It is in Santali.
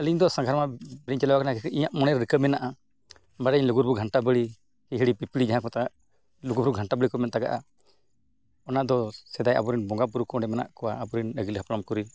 ᱟᱹᱞᱤᱧ ᱫᱚ ᱥᱟᱸᱜᱷᱟᱨ ᱢᱟ ᱵᱟᱹᱞᱤᱧ ᱪᱟᱞᱟᱣ ᱟᱠᱟᱱᱟ ᱤᱧᱟᱹᱜ ᱢᱚᱱᱮᱨᱮ ᱨᱤᱠᱟᱹ ᱢᱮᱱᱟᱜᱼᱟ ᱵᱟᱲᱟᱭᱟᱧ ᱞᱩᱜᱩ ᱵᱩᱨᱩ ᱜᱷᱟᱱᱴᱟᱼᱵᱟᱲᱮ ᱦᱤᱦᱤᱲᱤᱼᱯᱤᱯᱤᱲᱤ ᱡᱟᱦᱟᱸ ᱠᱚ ᱢᱮᱛᱟᱜ ᱞᱩᱜᱩᱼᱵᱩᱨᱩ ᱜᱷᱟᱱᱴᱟ ᱵᱟᱲᱮ ᱠᱚ ᱢᱮᱛᱟᱜᱟᱜᱼᱟ ᱚᱱᱟᱫᱚ ᱥᱮᱫᱟᱭ ᱟᱵᱚᱨᱮᱱ ᱵᱚᱸᱜᱟᱼᱵᱩᱨᱩ ᱠᱚ ᱚᱸᱰᱮ ᱢᱮᱱᱟᱜ ᱠᱚᱣᱟ ᱟᱵᱚᱨᱮᱱ ᱟᱹᱜᱤᱞ ᱦᱟᱯᱲᱟᱢ ᱠᱚᱨᱮᱱ